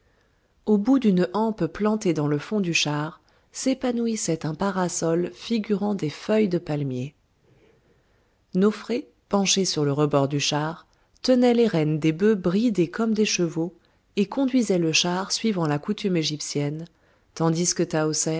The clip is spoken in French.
au bout d'une hampe plantée dans le fond du char s'épanouissait un parasol figurant des feuilles de palmier nofré penchée sur le rebord du char tenait les rênes des bœufs bridés comme des chevaux et conduisait le char suivant la coutume égyptienne tandis que